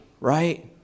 right